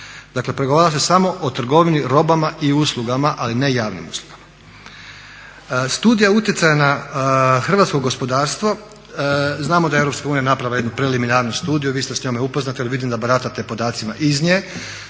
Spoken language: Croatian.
Dakle pregovara se samo o trgovini robama i uslugama, ali ne javnim uslugama. Studija utjecaja na hrvatsko gospodarstvo. Znamo da je Europska unija napravila jednu preliminarnu studiju, vi ste s njome upoznati jer vidim da baratate podacima iz nje.